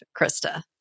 Krista